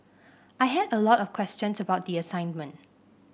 I had a lot of questions about the assignment